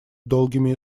долгими